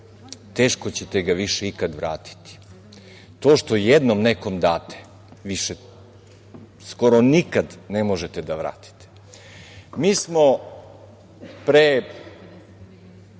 teško ćete ga više ikada vratiti. To što jednom nekom date, više skoro nikada ne možete da vratite. Mi smo pre,